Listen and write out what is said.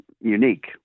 unique